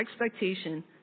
expectation